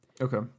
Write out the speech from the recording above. Okay